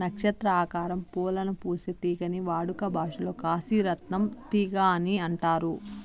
నక్షత్ర ఆకారం పూలను పూసే తీగని వాడుక భాషలో కాశీ రత్నం తీగ అని అంటారు